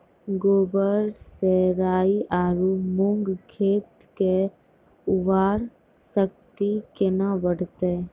गोबर से राई आरु मूंग खेत के उर्वरा शक्ति केना बढते?